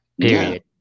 Period